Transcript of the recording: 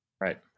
right